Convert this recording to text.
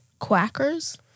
Quackers